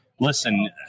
Listen